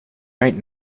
right